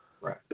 Right